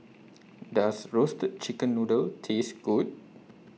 Does Roasted Chicken Noodle Taste Good